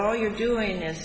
all you're doing i